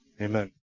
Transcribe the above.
Amen